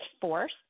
force